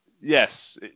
yes